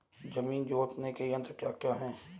जमीन जोतने के यंत्र क्या क्या हैं?